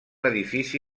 edifici